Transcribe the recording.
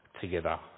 together